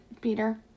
Peter